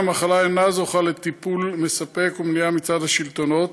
המחלה אינה זוכה לטיפול מספק ומניעה מצד השלטונות.